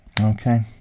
Okay